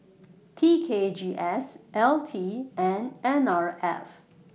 T K G S L T and N R F